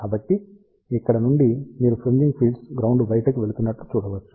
కాబట్టి ఇక్కడ నుండి మీరు ఫ్రీమ్జింగ్ ఫీల్డ్స్ గ్రౌండ్ బయటికి వెళ్తున్నట్లు చూడవచ్చు